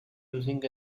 using